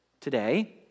today